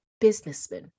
businessman